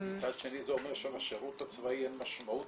מצד שני זה אומר שלשירות הצבאי אין משמעות